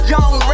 Young